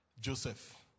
Joseph